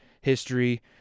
history